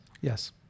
Yes